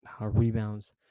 rebounds